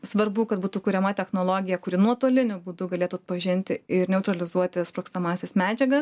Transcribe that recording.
svarbu kad būtų kuriama technologija kuri nuotoliniu būdu galėtų atpažinti ir neutralizuoti sprogstamąsias medžiagas